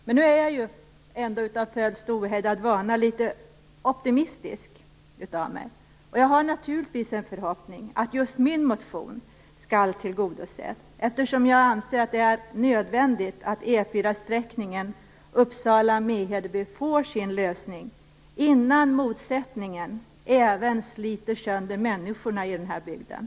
Jag är dock av födsel och ohejdad vana optimistisk, och jag har naturligtvis en förhoppning att just min motion skall tillgodoses, eftersom jag anser att det är nödvändigt att E 4-sträckningen Uppsala Mehedeby får sin lösning innan motsättningen även sliter sönder människorna i den här bygden.